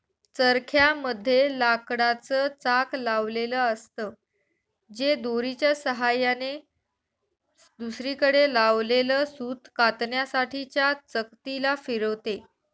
चरख्या मध्ये लाकडाच चाक लावलेल असत, जे दोरीच्या सहाय्याने दुसरीकडे लावलेल सूत कातण्यासाठी च्या चकती ला फिरवते